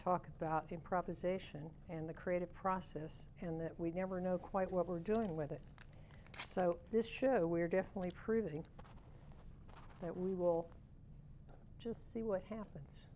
talk about improvisation and the creative process and that we never know quite what we're doing with it so this show we're definitely proving that we will just see what happens